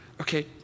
Okay